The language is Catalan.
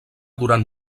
durant